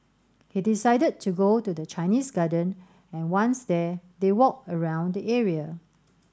he decided to go to the Chinese Garden and once there they walked around the area